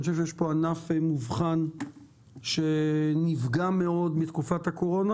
אני חושב שיש פה ענף מובחן שנפגע מאוד מתקופת הקורונה,